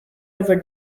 over